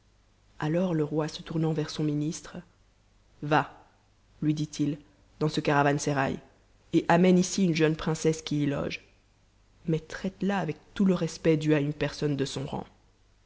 alors le roi se tournant vers son ministre a va lui dit-il dans ce caravansérail et amène ici une jeune princesse qui y loge mais traite la avec tout te respect dû à une personne de son rang